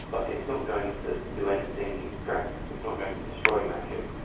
but it's not going to do anything drastic, it's not going to destroy magic,